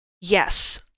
Yes